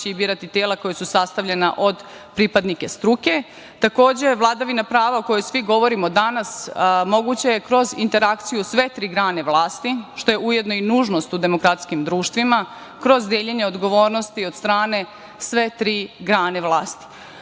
će birati tela koja su sastavljena od pripadnika struke. Takođe, vladavina prava o kojoj svi govorimo danas, moguća je kroz interakciju sve tri grane vlasti, što je ujedno i nužnost u demokratskim društvima, kroz deljenje odgovornosti od strane sve tri grane vlasti. Ujedno